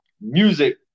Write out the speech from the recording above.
music